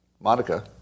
Monica